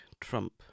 Trump